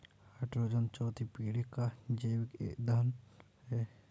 hydrogen चौथी पीढ़ी का जैविक ईंधन है